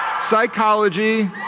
psychology